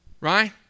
Right